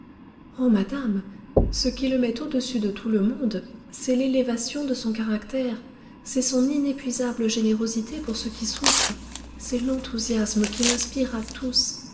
oh madame ce qui le met au-dessus de tout le monde c'est l'élévation de son caractère c'est son inépuisable générosité pour ceux qui souffrent c'est l'enthousiasme qu'il inspire à tous